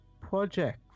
project